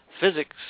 physics